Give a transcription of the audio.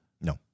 No